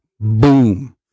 Boom